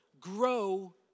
Grow